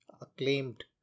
acclaimed